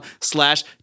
slash